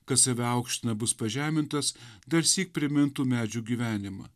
kas save aukština bus pažemintas darsyk primintų medžių gyvenimą